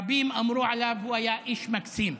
רבים אמרו עליו: הוא היה איש מקסים.